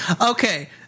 Okay